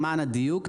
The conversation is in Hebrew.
למען הדיוק,